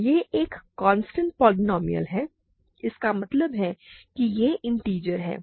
यह एक constant polynomial है इसका मतलब है कि यह इन्टिजर है